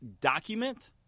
document